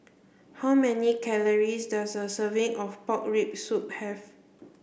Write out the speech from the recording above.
how many calories does a serving of pork rib soup have